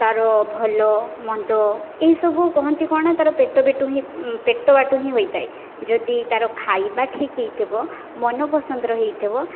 ତାର ଭଲ ମନ୍ଦ ଏହି ସବୁ କହନ୍ତି କ'ଣ ତାର ପେଟବେଟୁ ହିଁ ପେଟ ବାଟୁ ହିଁ ହୋଇଥାଏ ଯଦି ତାର ଖାଇବା ଠିକ୍ ହେଇଥିବ ମନ ପସନ୍ଦର ହେଇଥିବ